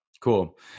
Cool